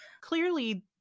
Clearly